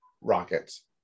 Rockets